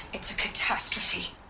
it's a catastrophe!